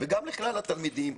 וגם לכלל התלמידים,